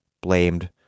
blamed